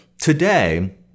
today